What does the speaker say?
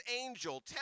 angel